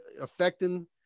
affecting